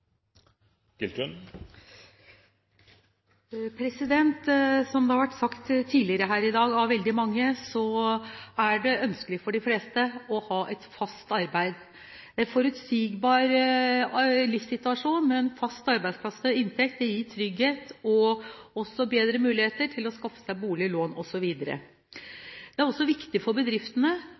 Som det har vært sagt tidligere her i dag av mange, er det ønskelig for de fleste å ha et fast arbeid. En forutsigbar livssituasjon med en fast arbeidsplass og inntekt gir trygghet og også bedre muligheter til å skaffe seg bolig, lån osv. Det er også viktig for bedriftene